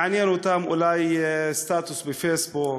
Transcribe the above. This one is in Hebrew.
מעניין אותם אולי סטטוס בפייסבוק.